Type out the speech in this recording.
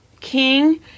King